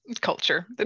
culture